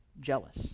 jealous